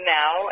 now